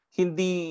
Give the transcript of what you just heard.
hindi